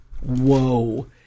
Whoa